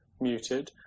muted